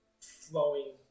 flowing